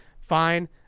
fine